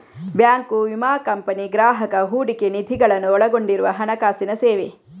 bank, ವಿಮಾ company, ಗ್ರಾಹಕ ಹೂಡಿಕೆ ನಿಧಿಗಳನ್ನು ಒಳಗೊಂಡಿರುವ ಹಣಕಾಸಿನ ಸೇವೆ